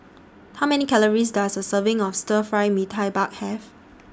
How Many Calories Does A Serving of Stir Fry Mee Tai Mak Have